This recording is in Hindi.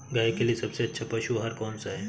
गाय के लिए सबसे अच्छा पशु आहार कौन सा है?